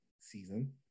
season